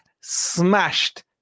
smashed